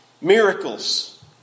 miracles